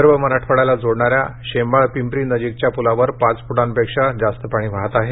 विदर्भ मराठवाड्याला जोडणा या शेंबाळपिंपरी नजीकच्या पुलावर पाच फुटापेक्षा अधिक पाणी वाहत आहे